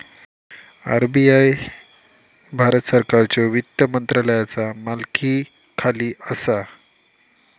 RBI Bharat सरकारच्यो वित्त मंत्रालयाचा मालकीखाली असा